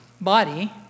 body